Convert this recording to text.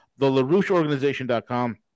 TheLaRoucheOrganization.com